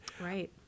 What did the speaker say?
Right